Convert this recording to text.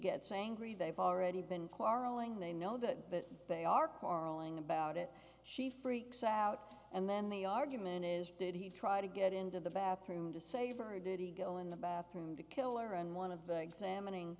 gets angry they've already been quarreling they know that they are quarreling about it she freaks out and then the argument is did he try to get into the bathroom to save or did he go in the bathroom to kill or and one of the examining